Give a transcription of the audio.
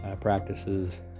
practices